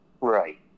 Right